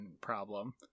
problem